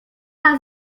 has